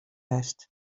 west